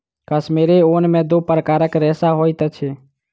कश्मीरी ऊन में दू प्रकारक रेशा होइत अछि